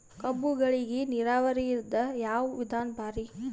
ಕಬ್ಬುಗಳಿಗಿ ನೀರಾವರಿದ ಯಾವ ವಿಧಾನ ಭಾರಿ?